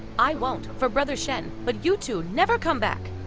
i won't for brother chen, but you two never come back!